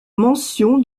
mention